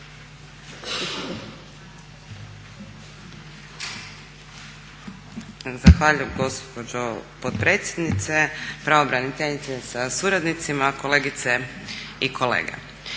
Hvala lijepo gospođo potpredsjednice, gospođo pravobraniteljice sa suradnicima, kolegice i kolege.